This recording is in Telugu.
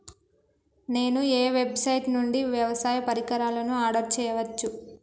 నేను ఏ వెబ్సైట్ నుండి వ్యవసాయ పరికరాలను ఆర్డర్ చేయవచ్చు?